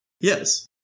Yes